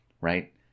right